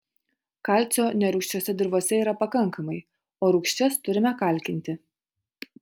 kalcio nerūgščiose dirvose yra pakankamai o rūgščias turime kalkinti